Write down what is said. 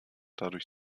dadurch